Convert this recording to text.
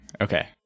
Okay